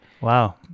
Wow